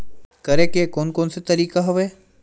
करे के कोन कोन से तरीका हवय?